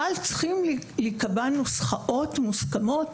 צריכות להיקבע נוסחאות מוסכמות,